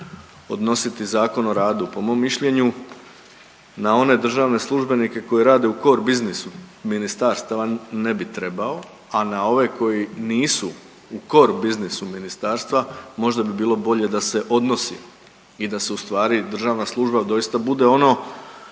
odnositi Zakon o radu? Po mom mišljenju na one državne službenike koji rade u core business ministarstava ne bi trebao, a na ove koji nisu u core business ministarstva možda bi bilo bolje da se odnosi i da se ustvari državna služba doista bude ono